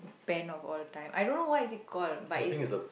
band of all time I don't know why is it call but is